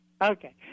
Okay